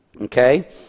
Okay